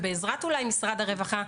ואולי בעזרת משרד הרווחה,